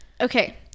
okay